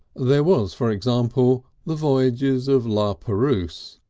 there was, for example, the voyages of la perouse,